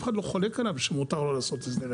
אחד לא חולק עליו שמותר לו לעשות הסדר.